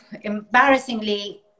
embarrassingly